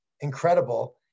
incredible